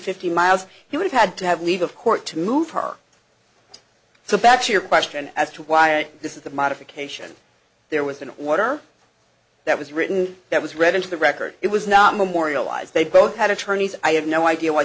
fifty miles he would had to have leave of court to move her so back to your question as to why this is the modification there was an order that was written that was read into the record it was not memorialized they both had attorneys i have no idea why